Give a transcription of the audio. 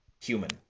human